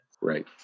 Right